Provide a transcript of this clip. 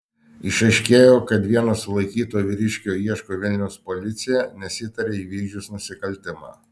išaiškėjo kad vieno sulaikyto vyriškio ieško vilniaus policija nes įtaria įvykdžius nusikaltimą